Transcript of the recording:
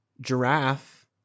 giraffe